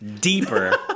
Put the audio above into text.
deeper